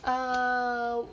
uh